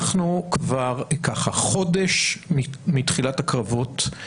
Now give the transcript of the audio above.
אנחנו כבר חודש מתחילת הקרבות,